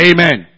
Amen